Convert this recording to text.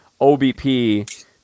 OBP